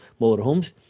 motorhomes